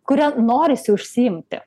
kuria norisi užsiimti